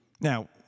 Now